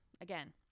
again